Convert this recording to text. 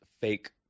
fake –